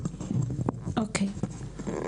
אוקי,